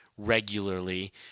regularly